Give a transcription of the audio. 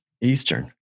Eastern